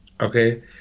okay